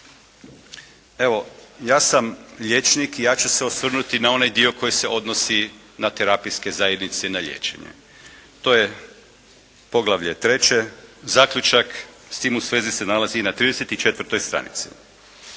Evo ja sam liječnik i ja ću se osvrnuti na onaj dio koji se odnosi na terapijske zajednice i na liječenje. To je poglavlje 3. Zaključak s tim u svezi se nalazi i na 34. stranici.